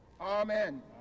Amen